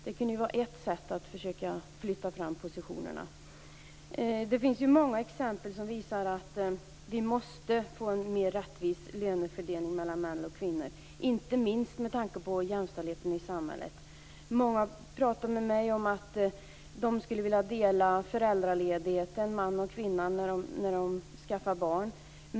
Det kunde vara ett sätt att försöka flytta fram positionerna. Det är många exempel som visar att vi måste få en mer rättvis lönefördelning mellan män och kvinnor, inte minst med tanke på jämställdheten i samhället. Många har talat med mig om att både mannen och kvinnan skulle vilja dela föräldraledigheten när de skaffar barn.